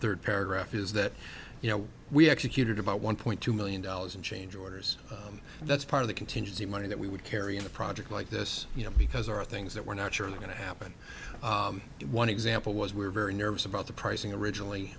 third paragraph is that you know we executed about one point two million dollars in change orders that's part of the contingency money that we would carry in a project like this you know because there are things that were naturally going to happen one example was were very nervous about the pricing originally